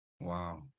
Wow